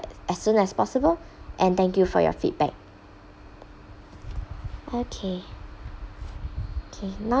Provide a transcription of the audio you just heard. as soon as possible and thank you for your feedback okay okay now